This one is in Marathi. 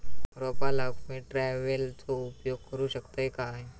रोपा लाऊक मी ट्रावेलचो उपयोग करू शकतय काय?